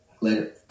Later